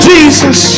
Jesus